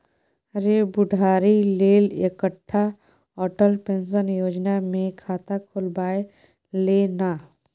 रे बुढ़ारी लेल एकटा अटल पेंशन योजना मे खाता खोलबाए ले ना